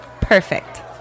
Perfect